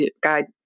Guide